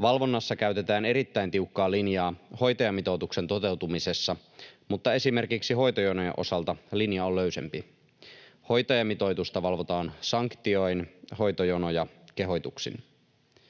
Valvonnassa käytetään erittäin tiukkaa linjaa hoitajamitoituksen toteutumisessa, mutta esimerkiksi hoitojonojen osalta linja on löysempi. Hoitajamitoitusta valvotaan sanktioin, hoitojonoja kehotuksin.